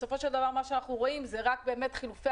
בסופו של דבר מה שאנחנו רואים זה רק באמת חילופי